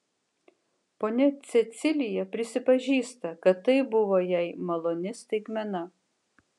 ponia cecilija prisipažįsta kad tai buvo jai maloni staigmena